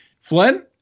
Flynn